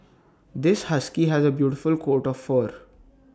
this husky has A beautiful coat of fur